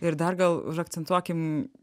ir dar gal užakcentuokim